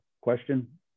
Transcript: question